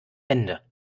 hände